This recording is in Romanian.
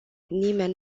nimeni